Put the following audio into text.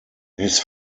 his